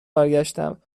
برگشتم